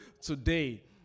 today